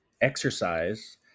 exercise